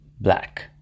black